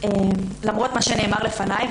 למרות מה שנאמר לפניי,